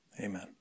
Amen